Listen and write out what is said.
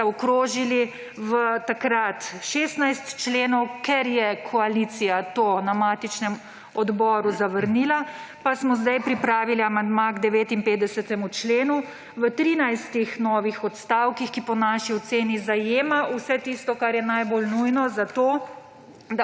zaokrožili v takrat 16 členov. Ker je koalicija to na matičnem odboru zavrnila, pa smo sedaj pripravili amandma k 59. členu v 13. novih odstavkih, ki po naši oceni zajema vse tisto, kar je najbolj nujno, zato